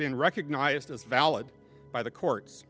being recognized as valid by the courts